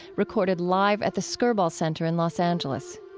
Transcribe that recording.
recorded live at the skirball center in los angeles.